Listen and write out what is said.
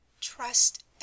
TRUST